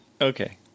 Okay